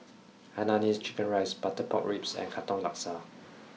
Hainanese Chicken Rice Butter Pork Ribs and Katong Laksa